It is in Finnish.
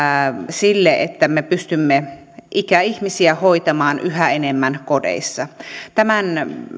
sille että me pystymme ikäihmisiä hoitamaan yhä enemmän kodeissa tämän